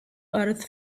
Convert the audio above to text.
earth